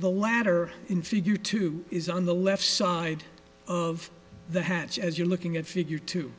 the latter infeed you two is on the left side of the hatch as you're looking at figure two